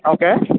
okay